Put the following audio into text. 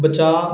ਬਚਾਅ